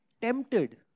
tempted